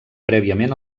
prèviament